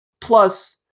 Plus